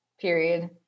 period